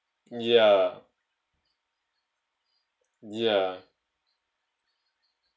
ya ya